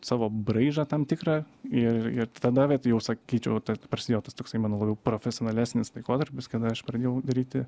savo braižą tam tikrą ir ir tada vet jau sakyčiau ta prasidėjo tas toksai mano profesionalesnis laikotarpis kada aš pradėjau daryti